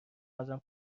ازم